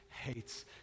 hates